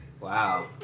wow